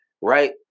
Right